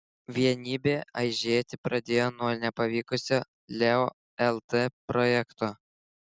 vienybė aižėti pradėjo nuo nepavykusio leo lt projekto